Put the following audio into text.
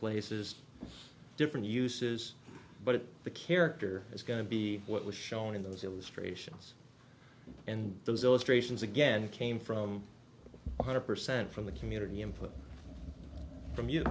places different uses but the character is going to be what was shown in those illustrations and those illustrations again came from one hundred percent from the community input from